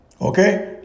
Okay